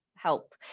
help